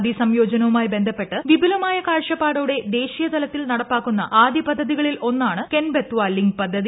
നദീസംയോജനവുമായി ബന്ധപ്പെട്ട് വിപുലമായ കാഴ്ച്ചപ്പാടോടെ ദേശീയ തലത്തിൽ നടപ്പാക്കുന്ന ആദ്യ പദ്ധതികളിൽ ഒന്നാണ് കെൻ ബെത്വ ലിങ്ക് പദ്ധതി